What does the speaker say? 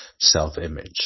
self-image